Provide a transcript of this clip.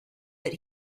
that